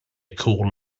call